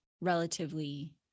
relatively